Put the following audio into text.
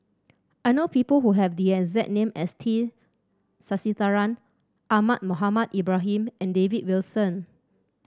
I know people who have the exact name as T Sasitharan Ahmad Mohamed Ibrahim and David Wilson